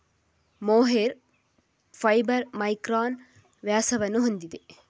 mohair fibre micron ವ್ಯಾಸವನ್ನು ಹೊಂದಿದೆ